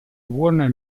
warner